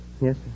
Yes